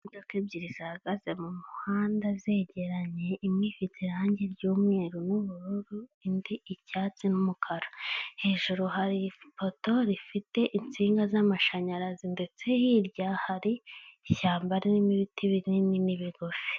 Imodoka ebyiri zihagaze mu muhanda zegeranye, imwe ifite irangi ry'umweru n'ubururu, indi icyatsi n'umukara. Hejuru hari ipoto rifite insinga z'amashanyarazi ndetse hirya hari ishyamba ririmo ibiti binini n'ibigufi.